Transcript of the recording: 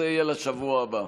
זה יהיה לשבוע הבא.